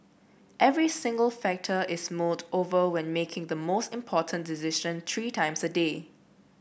every single factor is mulled over when making the most important decision three times a day